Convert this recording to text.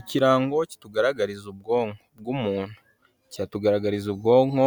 Ikirango kitugaragariza ubwonko bw'umuntu cyatugaragariza ubwonko